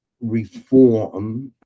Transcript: reform